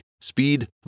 speed